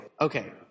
Okay